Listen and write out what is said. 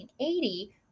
1980